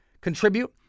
contribute